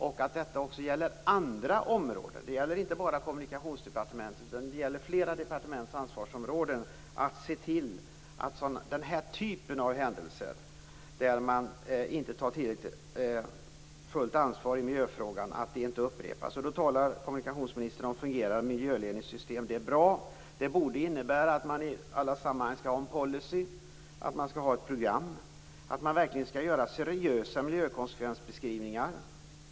Det gäller också andra områden. Det är inte bara Kommunikationsdepartementets utan flera departements ansvar att se till att denna typ av händelser, där man inte tar fullt ansvar i miljöfrågan, inte upprepas. Kommunikationsministern talar om fungerande miljöledningssystem. Det är bra. Det borde innebära att man i alla sammanhang skall ha en policy och ett program, och att man verkligen skall göra seriösa miljökonsekvensbeskrivningar.